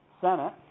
senate